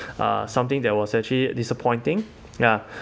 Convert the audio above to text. uh something that was actually disappointing ya